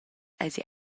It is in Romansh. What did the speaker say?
eisi